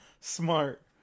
smart